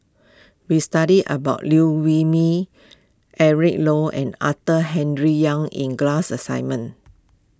we studied about Liew Wee Mee Eric Low and Arthur Henderson Young in the class assignment